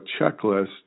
checklist